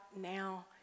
now